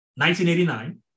1989